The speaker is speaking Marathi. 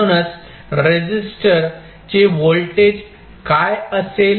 म्हणूनच रेसिस्टर चे व्होल्टेज काय असेल